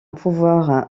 pouvoir